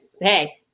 Hey